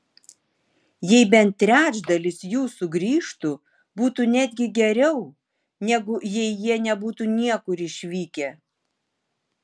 jei bent trečdalis jų sugrįžtų būtų netgi geriau negu jei jie nebūtų niekur išvykę